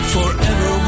Forever